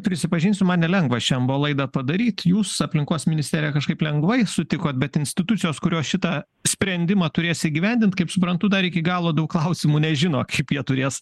prisipažinsiu man nelengva šian buvo laidą padaryt jūs aplinkos ministerija kažkaip lengvai sutikot bet institucijos kurios šitą sprendimą turės įgyvendint kaip suprantu dar iki galo daug klausimų nežino kaip jie turės